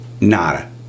nada